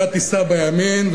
אתה תיסע בימין,